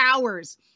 hours